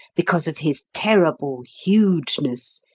because of his terrible hugeness,